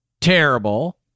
terrible